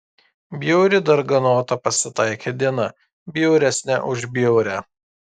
bjauri darganota pasitaikė diena bjauresnė už bjaurią